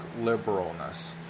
liberalness